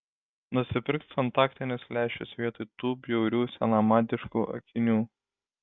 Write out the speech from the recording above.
nusipirks kontaktinius lęšius vietoj tų bjaurių senamadiškų akinių